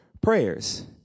prayers